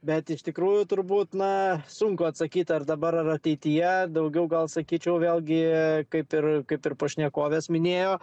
bet iš tikrųjų turbūt na sunku atsakyt ar dabar ar ateityje daugiau gal sakyčiau vėlgi kaip ir kaip ir pašnekovės minėjo